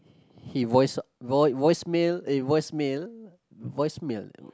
he voice voi~ voice mail eh voice mail voice mail